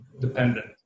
dependent